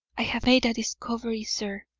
i have made a discovery, sir.